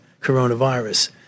coronavirus